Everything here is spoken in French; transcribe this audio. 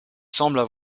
semblent